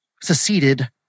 seceded